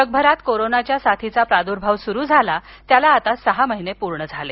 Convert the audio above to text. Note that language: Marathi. जगभरात कोरोनाच्या साथीचा प्रादुर्भाव सुरू झाला त्याला सहा महिने पूर्ण झाले